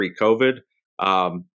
pre-COVID